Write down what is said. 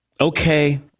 okay